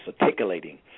articulating